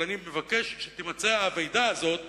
אבל אני מבקש שתימצא האבדה הזאת,